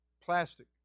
Plastic